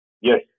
Yes